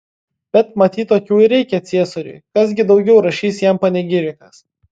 bet matyt tokių ir reikia ciesoriui kas gi daugiau rašys jam panegirikas